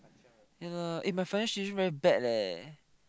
ya leh eh my financial situation very bad leh